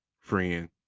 friend